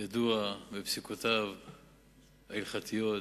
ידוע בפסיקותיו ההלכתיות,